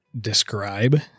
describe